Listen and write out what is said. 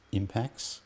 impacts